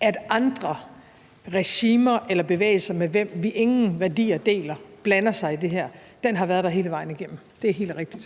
at andre regimer eller bevægelser, med hvem vi ingen værdier deler, blander sig, har været der hele vejen igennem. Det er helt rigtigt.